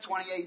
2018